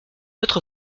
votre